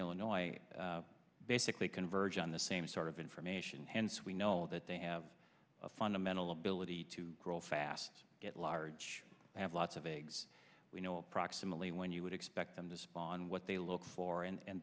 illinois basically converge on the same sort of information hence we know that they have a fundamental ability to grow fast at large have lots of eggs we know approximately when you would expect them to spawn what they look for